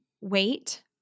wait